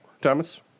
Thomas